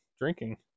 drinking